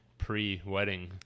pre-wedding